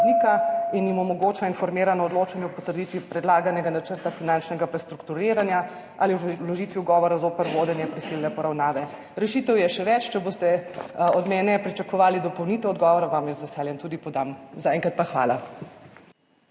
se jim omogoča informirano odločanje o potrditvi predlaganega načrta finančnega prestrukturiranja ali vložitvi ugovora zoper vodenje prisilne poravnave. Rešitev je še več, če boste od mene pričakovali dopolnitev odgovora, vam jih z veseljem tudi podam. Zaenkrat pa hvala.